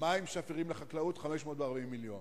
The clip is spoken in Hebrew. מים שפירים לחקלאות, 540 מיליון.